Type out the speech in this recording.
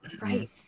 Right